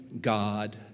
God